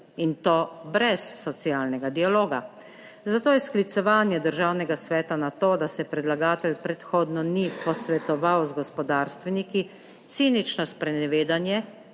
in to brez socialnega dialoga, zato je sklicevanje Državnega sveta na to, da se predlagatelj predhodno ni posvetoval z gospodarstveniki, cinično sprenevedanje